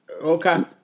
okay